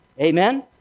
Amen